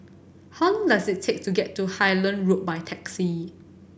how long does it take to get to Highland Road by taxi